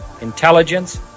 intelligence